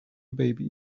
baby